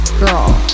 girl